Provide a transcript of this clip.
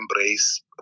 embrace